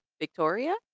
Victoria